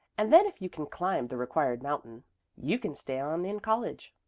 and then if you can climb the required mountain you can stay on in college.